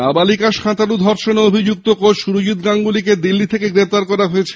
নাবালিকা সাঁতারু ধর্ষনে অভিযুক্ত কোচ সুরজিত গাঙ্গুলীকে দিল্লীতে গ্রেপ্তার করে হয়েছে